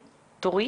בבקשה.